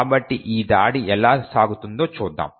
కాబట్టి ఈ దాడి ఎలా సాగుతుందో చూద్దాం